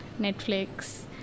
Netflix